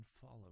follow